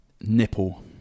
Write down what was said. nipple